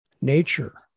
nature